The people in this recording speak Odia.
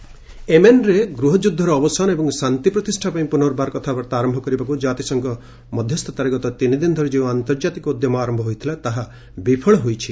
ଏମେନ୍ ପିସ୍ଟକ୍ ଏମେନ୍ରେ ଗୃହଯୁଦ୍ଧର ଅବସାନ ଏବଂ ଶାନ୍ତି ପ୍ରତିଷ୍ଠା ପାଇଁ ପୁନର୍ବାର କଥାବାର୍ତ୍ତା ଆରମ୍ଭ କରିବାକୁ ଜାତିସଂଘ ମଧ୍ୟସ୍ତତାରେ ଗତ ତିନିଦିନ ଧରି ଯେଉଁ ଆନ୍ତର୍ଜାତିକ ଉଦ୍ୟମ ଆରମ୍ଭ ହୋଇଥିଲା ତାହା ବିଫଳ ହୋଇଛି